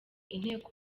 inteko